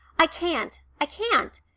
i can't, i can't.